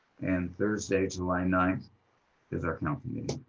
and thursday july ninth is our council meeting.